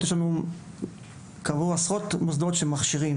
יש לנו עשרות מוסדות שמכשירים.